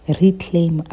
reclaim